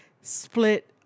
split